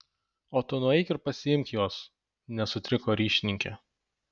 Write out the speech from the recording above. o tu nueik ir pasiimk juos nesutriko ryšininkė